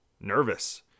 nervous